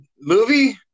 movie